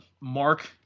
Mark